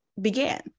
began